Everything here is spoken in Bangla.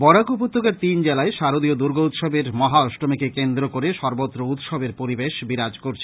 বরাক উপত্যকার তিন জেলায় শারদীয় দুর্গোৎসবের মহাঅষ্টমীকে কেন্দ্র করে সর্বত্র উৎসবের পরিবেশ বিরাজ করছে